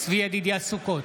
צבי ידידיה סוכות,